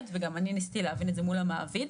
וגם אני ניסיתי להבין את זה מול המעביד,